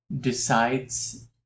decides